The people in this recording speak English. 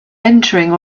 entering